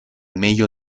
meglio